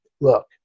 look